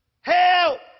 Help